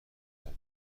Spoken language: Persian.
کنم